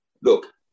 look